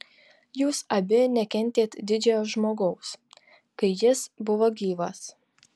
jūs abi nekentėt didžiojo žmogaus kai jis buvo gyvas